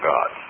God